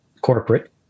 corporate